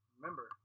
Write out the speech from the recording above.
Remember